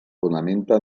fonamenta